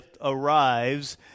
arrives